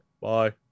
Bye